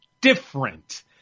different